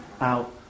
out